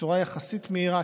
בצורה יחסית מהירה,